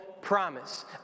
promise